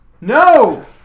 No